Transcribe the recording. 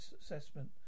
assessment